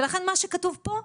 ולכן מה שכתוב פה,